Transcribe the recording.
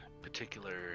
particular